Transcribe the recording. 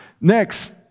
Next